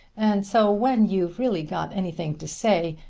and so when you've really got anything to say,